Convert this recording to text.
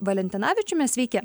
valentinavičiumi sveiki